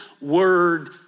word